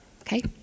Okay